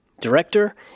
director